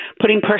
putting